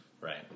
right